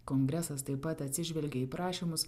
kongresas taip pat atsižvelgė į prašymus